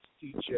teacher